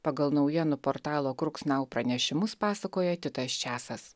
pagal naujienų portalo kruks nau pranešimus pasakoja titas čiasas